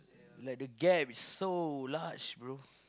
like the gap is so large bro